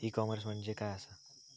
E commerce म्हणजे काय असा?